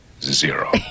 zero